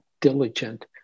diligent